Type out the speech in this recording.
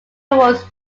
awards